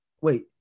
Wait